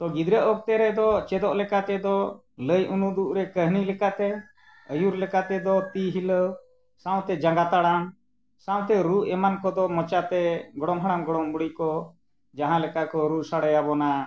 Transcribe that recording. ᱛᱚ ᱜᱤᱫᱽᱨᱟᱹ ᱚᱠᱛᱮ ᱨᱮᱫᱚ ᱪᱮᱫᱚᱜ ᱞᱮᱠᱟ ᱛᱮᱫᱚ ᱞᱟᱹᱭ ᱚᱱᱩᱫᱩᱜ ᱨᱮ ᱠᱟᱹᱦᱱᱤ ᱞᱮᱠᱟᱛᱮ ᱟᱹᱭᱩᱨ ᱞᱮᱠᱟᱛᱮᱫᱚ ᱛᱤ ᱦᱤᱞᱟᱹᱣ ᱥᱟᱶᱛᱮ ᱡᱟᱸᱜᱟ ᱛᱟᱲᱟᱢ ᱥᱟᱶᱛᱮ ᱨᱩ ᱮᱢᱟᱱ ᱠᱚᱫᱚ ᱢᱚᱪᱟᱛᱮ ᱜᱚᱲᱚᱢ ᱦᱟᱲᱟᱢ ᱜᱚᱲᱚᱢ ᱵᱩᱰᱷᱤ ᱠᱚ ᱡᱟᱦᱟᱸ ᱞᱮᱠᱟ ᱠᱚ ᱨᱩ ᱥᱟᱰᱮᱭᱟᱵᱚᱱᱟ